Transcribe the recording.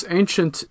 ancient